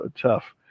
tough